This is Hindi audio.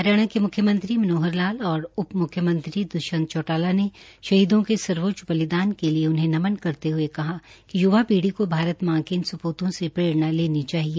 हरियाणा के मुख्यमंत्री मनोहर लाल और उप म्ख्यमंत्री द्ष्यंत चौटाला ने शहीदों को सर्वोच्च बलिदन के लिए उन्हें नमन करते हये कहा कि य्वा पीढ़ी को भारत मां के इन स्पूतों से प्ररेणा लेनी चाहिए